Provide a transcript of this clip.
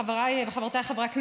חבריי וחברותיי חברי הכנסת,